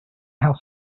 have